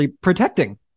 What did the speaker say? protecting